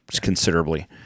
considerably